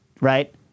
Right